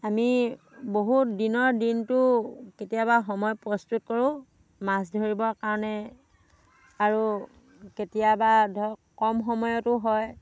আমি বহুত দিনৰ দিনটো কেতিয়াবা সময় প্ৰস্তুত কৰোঁ মাছ ধৰিবৰ কাৰণে আৰু কেতিয়াবা ধৰক কম সময়তো হয়